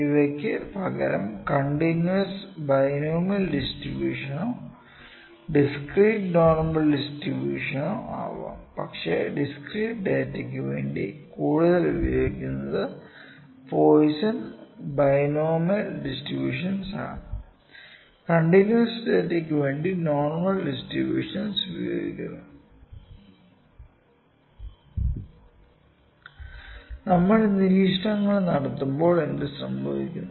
ഇവക്കു പകരം continuous binomial ഡിസ്ട്രിബൂഷനോ discrete normal ഡിസ്ട്രിബൂഷനോ ആവാം പക്ഷെ ഡിസ്ക്രീറ്റ് ഡാറ്റക്കു വേണ്ടി കൂടുതൽ ഉപയോഗിക്കുന്നത് പോയിസ്സോൻ ബൈനോമിയൽ ഡിസ്ട്രിബൂഷൻസ് ആണ് കണ്ടിന്യൂവസ് ഡാറ്റക്ക് വേണ്ടി നോർമൽ ഡിട്രിബൂഷൻ ഉപയോഗിക്കുന്നു നമ്മൾ നിരീക്ഷണങ്ങൾ നടത്തുമ്പോൾ എന്തു സംഭവിക്കുന്നു